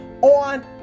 on